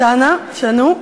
תנא, שנו: